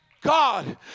god